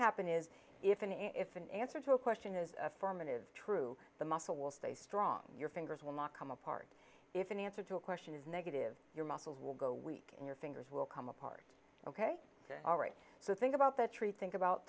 happen is if in if an answer to a question is affirmative true the muscle will stay strong your fingers will not come apart if an answer to a question is negative your muscles will go weak and your fingers will come apart ok all right so think about that tree think about